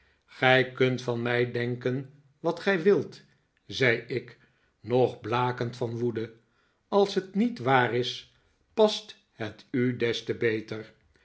gij kunt van mij denken wat gij wilt zei ik nog blakend van woede als het niet waar is past het u des te beter